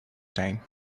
time